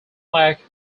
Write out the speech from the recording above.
plaque